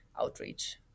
outreach